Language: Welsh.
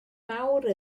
mawr